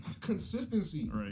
consistency